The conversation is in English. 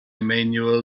manuel